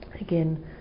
again